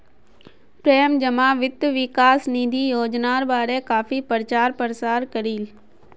प्रेम जमा वित्त विकास निधि योजनार बारे काफी प्रचार प्रसार करील